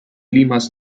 limas